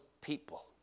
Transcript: people